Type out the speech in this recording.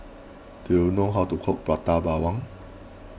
do you know how to cook Prata Bawang